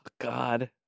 god